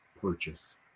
purchase